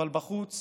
אבל בחוץ